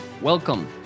Welcome